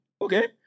Okay